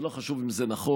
זה לא חשוב אם זה נכון,